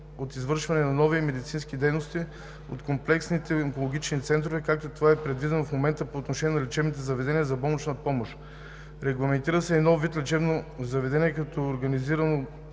от извършване на нови медицински дейности от комплексните онкологични центрове, както това е предвидено в момента по отношение на лечебните заведения за болнична помощ. Регламентира се и нов вид лечебно заведение като организационно